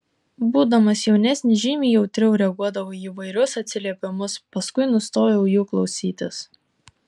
būdamas jaunesnis žymiai jautriau reaguodavau į įvairius atsiliepimus paskui nustojau jų klausytis